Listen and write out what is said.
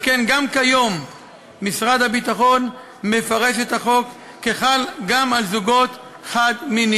שכן גם כיום משרד הביטחון מפרש את החוק כחל גם על זוגות חד-מיניים.